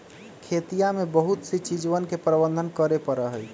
खेतिया में बहुत सी चीजवन के प्रबंधन करे पड़ा हई